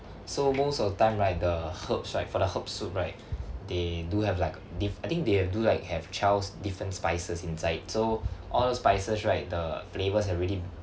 so most of the time right the herbs right for the herbs soup right they do have like diff~ I think they have do they have twelve different spices inside so all the spices right the flavours have already